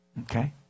Okay